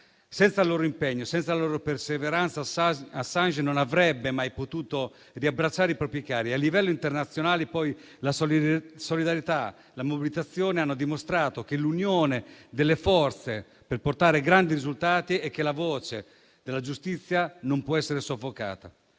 Senza il loro impegno e senza la loro perseveranza Assange non avrebbe mai potuto riabbracciare i propri cari. A livello internazionale, la solidarietà e la mobilitazione hanno dimostrato che l'unione delle forze può portare grandi risultati e che la voce della giustizia non può essere soffocata.